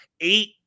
eight